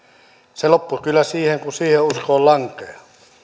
se loppuu kyllä siihen kun siihen uskoon lankeaa